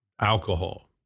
alcohol